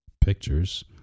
pictures